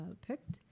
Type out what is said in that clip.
picked